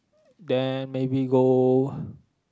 then maybe go